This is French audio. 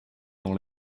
dans